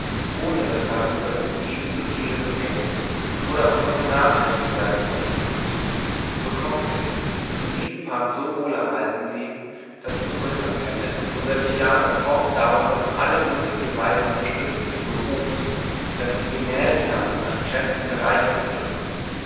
ohne daß darüber das ebenso edle vergessen oder auch nur vernachlässigt werden sollte daher kommt es daß sie diesen park so wohl erhalten sehen daß unsere kapelle unser theater fortdauernd auf alle mögliche weise unterstützt und gehoben daß die gemäldesammlung nach kräften bereichert wird